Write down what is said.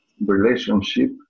relationship